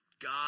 God